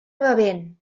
bevent